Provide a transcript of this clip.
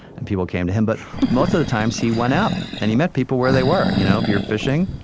and people came to him, but most of the times, he went out. and he met people where they were. you know if you're fishing,